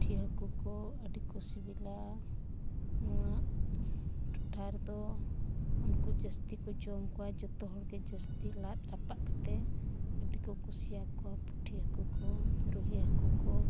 ᱯᱩᱴᱷᱤ ᱦᱟᱹᱠᱩ ᱠᱚ ᱟᱹᱰᱤ ᱠᱚ ᱥᱤᱵᱤᱞᱟ ᱱᱚᱣᱟ ᱴᱚᱴᱷᱟ ᱨᱮᱫᱚ ᱩᱱᱠᱩ ᱡᱟᱹᱥᱛᱤ ᱠᱚ ᱡᱚᱢ ᱠᱚᱣᱟ ᱡᱚᱛᱚ ᱦᱚᱲᱜᱮ ᱡᱟᱹᱥᱛᱤ ᱞᱟᱫᱼᱨᱟᱯᱟᱜ ᱠᱟᱛᱮᱫ ᱟᱹᱰᱤ ᱠᱚ ᱠᱩᱥᱤᱭ ᱟᱠᱚᱣᱟ ᱯᱩᱴᱷᱤ ᱦᱟᱹᱠᱩ ᱠᱚ ᱨᱩᱦᱤ ᱦᱟᱹᱠᱩ ᱠᱚ